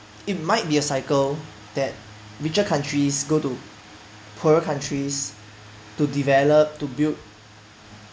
it might be a cycle that richer countries go to poorer countries to develop to build